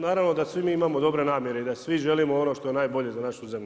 Naravno da svi mi imamo dobre namjere i da svi želimo ono što je najbolje za našu zemlju.